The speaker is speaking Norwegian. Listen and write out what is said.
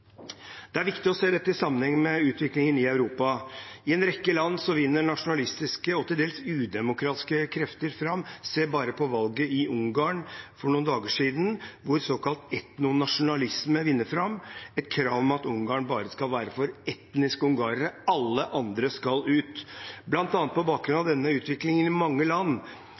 Det er viktig å se dette i sammenheng med utviklingen i Europa. I en rekke land vinner nasjonalistiske og til dels udemokratiske krefter fram. Se bare på valget i Ungarn for noen dager siden, hvor såkalt etnonasjonalisme vinner fram – et krav om at Ungarn bare skal være for etniske ungarere, alle andre skal ut. Blant annet på bakgrunn av denne utviklingen i mange land